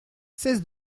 cesse